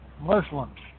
Muslims